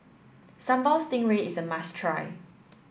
Sambal Stingray is a must try